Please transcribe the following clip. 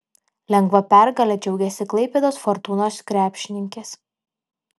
lengva pergale džiaugėsi klaipėdos fortūnos krepšininkės